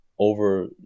over